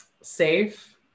safe